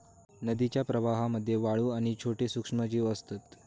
नदीच्या प्रवाहामध्ये वाळू आणि छोटे सूक्ष्मजीव असतत